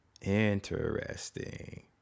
Interesting